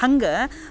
ಹಂಗೆ